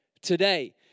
today